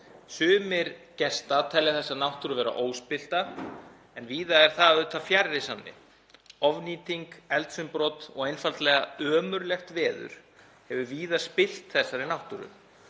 Sumir gesta telja þessa náttúru vera óspillta en víða er það auðvitað fjarri sanni. Ofnýting, eldsumbrot og einfaldlega ömurlegt veður hefur víða spillt þessari náttúru,